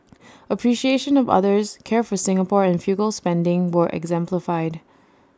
appreciation of others care for Singapore and frugal spending were exemplified